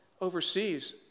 overseas